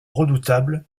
redoutable